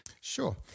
Sure